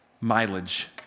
mileage